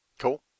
Cool